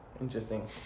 Interesting